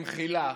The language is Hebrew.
במחילה,